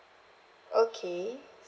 okay